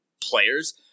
players